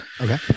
Okay